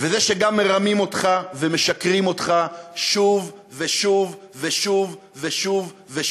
וזה שגם מרמים אותך ומשקרים אותך שוב ושוב ושוב ושוב ושוב,